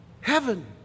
Heaven